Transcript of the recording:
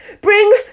Bring